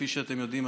כפי שאתם יודעים,